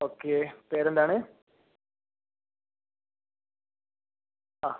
okay പേരെന്താണ് ആ